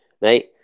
right